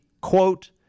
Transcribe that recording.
quote